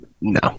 no